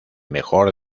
mejor